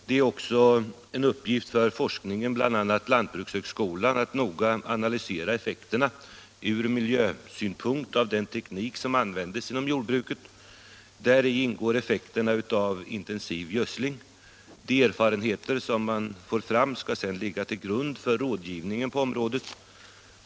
Det är också en uppgift för forskningen på bl.a. lantbrukshögskolan att noga analysera effekterna från miljösynpunkt av den teknik som används inom jordbruket. Däri ingår effekterna av intensiv gödsling. De erfarenheter som man får fram skall sedan ligga till grund för rådgivningen på området.